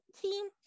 team